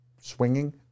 swinging